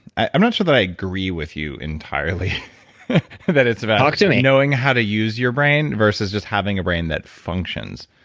i'm not sure that i agree with you entirely that it's about talk to me. knowing how to use your brain versus just having a brain that functions.